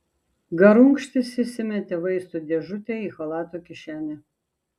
garunkštis įsimetė vaistų dėžutę į chalato kišenę